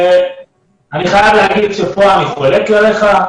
אני חייב לומר שכאן אני חולק עליך.